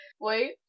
Wait